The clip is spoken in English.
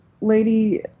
lady